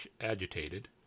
agitated